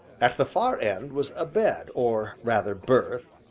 at the far end was a bed, or rather, berth,